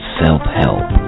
self-help